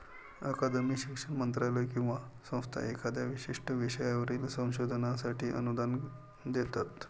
अकादमी, शिक्षण मंत्रालय किंवा संस्था एखाद्या विशिष्ट विषयावरील संशोधनासाठी अनुदान देतात